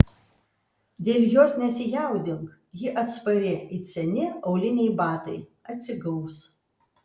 dėl jos nesijaudink ji atspari it seni auliniai batai atsigaus